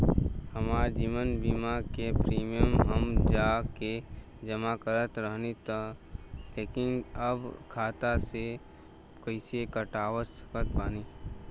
हमार जीवन बीमा के प्रीमीयम हम जा के जमा करत रहनी ह लेकिन अब खाता से कइसे कटवा सकत बानी?